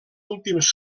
últims